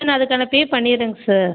sir அதுக்கான pay பண்ணிடுறேங்க sir